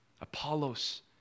Apollos